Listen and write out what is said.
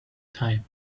time